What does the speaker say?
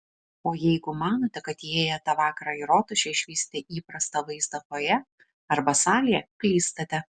o jeigu manote kad įėję tą vakarą į rotušę išvysite įprastą vaizdą fojė arba salėje klystate